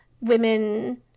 women